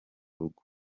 rugo